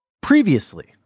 Previously